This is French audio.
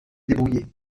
débrouiller